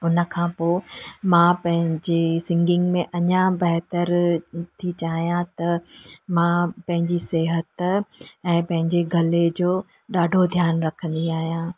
उन खां पोइ मां पंहिंजे सिंगींग में अञा बहितर थी चाहियां त मां पंहिंजी सिहत ऐं पंहिंजे गले जो ॾाढो ध्यानु रखंदी आहियां